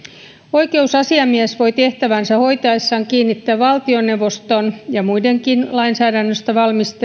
oikeusasiamies voi tehtäväänsä hoitaessaan kiinnittää valtioneuvoston ja muidenkin lainsäädännöstä